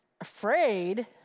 afraid